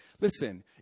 Listen